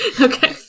Okay